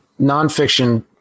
nonfiction